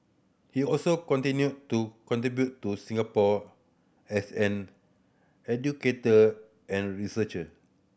he also continue to contribute to Singapore as an educator and researcher